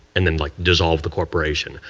and then like dissolve the corporation.